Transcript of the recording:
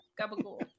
Gabagool